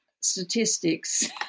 statistics